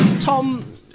Tom